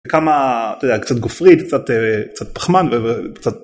כמה, אתה יודע קצת גופרית קצת אה..קצת פחמן...וקצת...